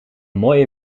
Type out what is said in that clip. mooie